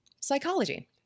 psychology